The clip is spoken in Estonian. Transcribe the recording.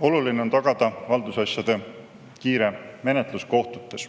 Oluline on tagada haldusasjade kiire menetlus kohtutes.